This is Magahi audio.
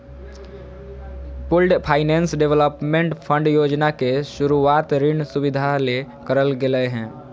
पूल्ड फाइनेंस डेवलपमेंट फंड योजना के शुरूवात ऋण सुविधा ले करल गेलय हें